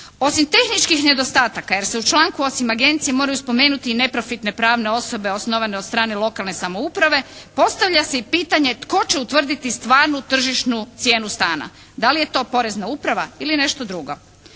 Osim tehničkih nedostataka jer se u članku osim agencije moraju spomenuti i neprofitne pravne osobe osnovane od strane lokalne samouprave, postavlja se i pitanje tko će utvrditi stvarnu tržišnu cijenu stana. Da li je to porezna uprava ili nešto drugo?